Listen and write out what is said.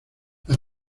las